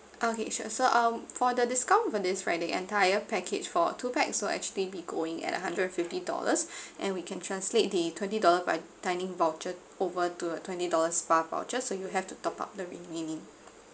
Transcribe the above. okay sure so um for the discount for this right the entire package for two pax will actually be going at a hundred and fifty dollars and we can translate the twenty dollar by timing voucher over to a twenty dollar spa voucher so you have to top up the remaining